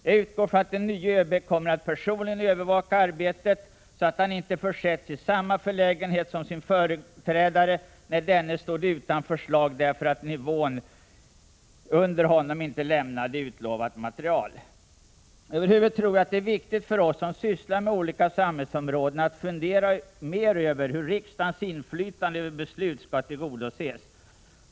Jag utgår från att den nye ÖB kommer att personligen övervaka arbetet, så att han inte försätts i samma förlägenhet som sin företrädare, när denne stod utan förslag därför att man på nivån under honom inte lämnade utlovat material. Över huvud taget tror jag det är viktigt för oss som sysslar med olika samhällsområden att fundera mer över hur riksdagens inflytande över beslut skall tillgodoses.